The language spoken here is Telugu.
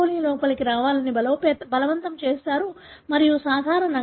coli లోకి రావాలని బలవంతం చేస్తారు మరియు సాధారణంగా E